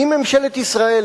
אם ממשלת ישראל,